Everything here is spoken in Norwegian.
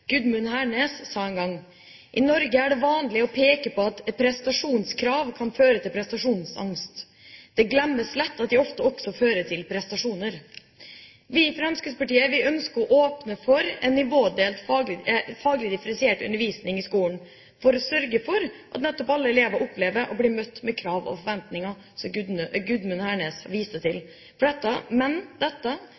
Gudmund Hernes fra Arbeiderpartiet, sa en gang: «I Norge er det vanlig å peke på at prestasjonskrav kan føre til prestasjonsangst. Det glemmes lett at de også ofte fører til prestasjoner.» Vi i Fremskrittspartiet ønsker å åpne for en nivådelt faglig differensiert undervisning i skolen for å sørge for at alle elever opplever å bli møtt med krav og forventninger, slik som Gudmund Hernes viste til.